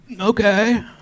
Okay